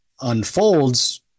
unfolds